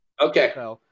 Okay